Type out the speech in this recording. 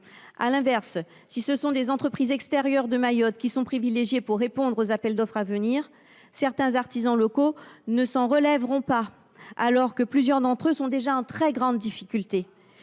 À l’inverse, si des entreprises extérieures devaient être privilégiées pour répondre aux appels d’offres à venir, certains artisans locaux ne s’en relèveraient pas, alors que plusieurs d’entre eux connaissent déjà de grandes difficultés.